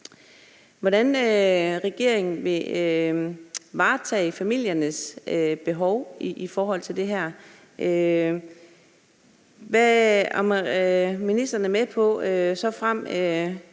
hvordan regeringen vil varetage familiernes behov i forhold til det her, og om ministeren er